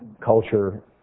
culture